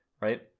Right